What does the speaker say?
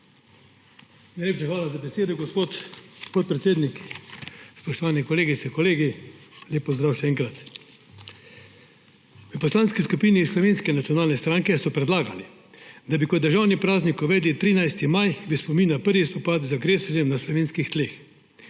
Najlepša hvala za besedo, gospod podpredsednik. Spoštovani kolegice, kolegi, lep pozdrav še enkrat! V Poslanski skupini Slovenske nacionalne stranke so predlagali, da bi kot državni praznik uvedli 13. maj v spomin na prvi spopad z agresorjem na slovenskih tleh.